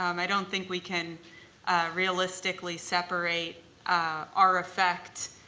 um i don't think we can realistically separate our effect,